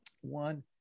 one